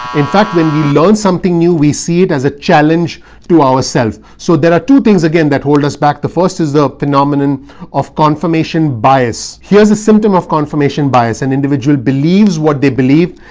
in fact, when you learn something new, we see it as a challenge to ourselves. so there are two things, again, that hold us back. the first is the phenomenon of confirmation bias. here's a symptom of confirmation bias. an individual believes what they believe.